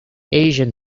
asian